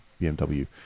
BMW